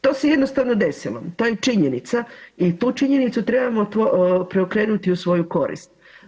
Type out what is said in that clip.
To se jednostavno desilo, to je činjenica i tu činjenicu trebamo preokrenuti u svoju korist.